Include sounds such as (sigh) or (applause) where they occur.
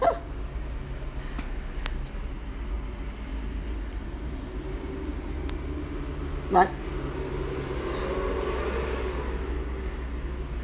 (laughs) what